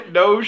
no